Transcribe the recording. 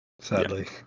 Sadly